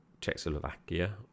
Czechoslovakia